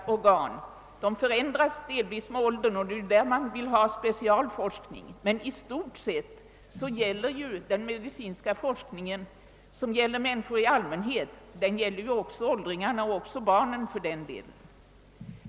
Deras organ förändras delvis med åldern, och därvidlag vill man få till stånd en speciell forskning, men i stort sett gäller ju den medicinska forskning, som avser människor i allmänhet, också åldringarna och för den delen också barnen.